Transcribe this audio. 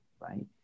right